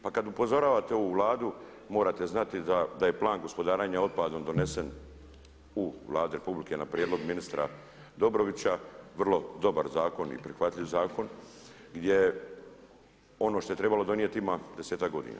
Pa kad upozoravate ovu Vladu morate znati da je Plan gospodarenja otpadom donesen u Vladi Republike na prijedlog ministra Dobrovića vrlo dobar zakon i prihvatljiv zakon gdje ono što je trebalo donijeti ima desetak godina.